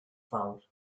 fawr